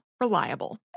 reliable